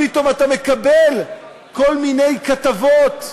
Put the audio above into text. פתאום אתה מקבל כל מיני כתבות מפרגנות,